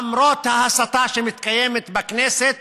למרות ההסתה שמתקיימת בכנסת,